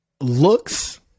looks